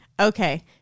Okay